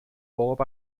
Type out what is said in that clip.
bob